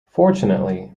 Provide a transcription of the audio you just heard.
fortunately